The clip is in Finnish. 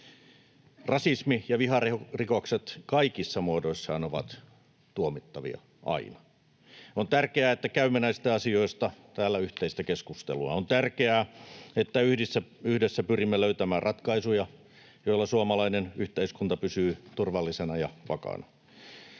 Rasismi ja viharikokset kaikissa muodoissaan ovat tuomittavia aina. On tärkeää, että käymme näistä asioista täällä yhteistä keskustelua. On tärkeää, että yhdessä pyrimme löytämään ratkaisuja, joilla suomalainen yhteiskunta pysyy turvallisena ja vakaana.